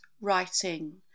writing